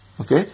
Okay